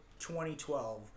2012